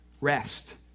Rest